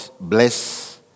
bless